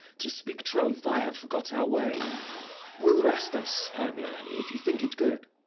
to speak troth, i have forgot our way we'll rest us, hermia, if you think it good,